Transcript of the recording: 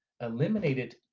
eliminated